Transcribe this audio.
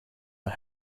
are